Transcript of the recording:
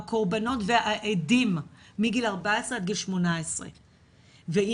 הקורבנות והעדים מגיל 14 עד גיל 18 ואם